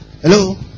Hello